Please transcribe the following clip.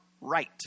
right